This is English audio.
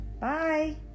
Bye